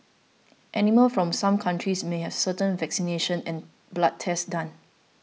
animals from some countries may have certain vaccinations and blood tests done